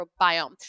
microbiome